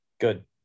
Good